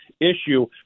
issue